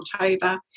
October